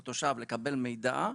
או תושב, לקבל מידע,